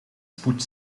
spoed